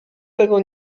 tego